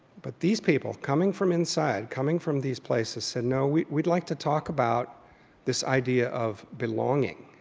but these people coming from inside, coming from these places, said no, we'd we'd like to talk about this idea of belonging.